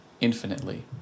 infinitely